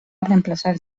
reemplaçar